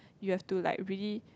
you have to like really